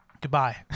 Goodbye